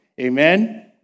Amen